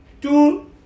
two